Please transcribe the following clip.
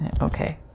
okay